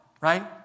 right